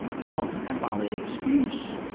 not a valid excuse.